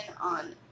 on